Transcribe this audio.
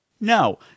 No